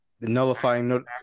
nullifying